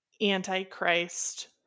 anti-Christ